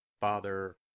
Father